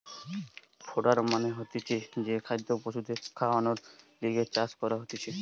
fodder মানে হতিছে যে খাদ্য পশুদের খাওয়ানর লিগে চাষ করা হতিছে